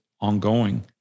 ongoing